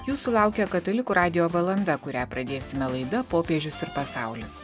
jūsų laukia katalikų radijo valanda kurią pradėsime laida popiežius ir pasaulis